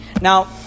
Now